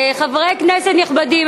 חברי כנסת נכבדים,